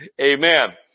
Amen